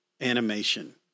animation